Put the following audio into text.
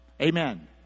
Amen